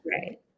right